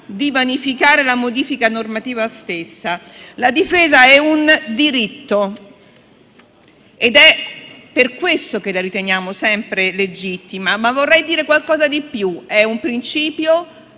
di vanificare la modifica normativa stessa. La difesa è un diritto, ed è per questo che la riteniamo sempre legittima, ma vorrei dire qualcosa di più: è un principio,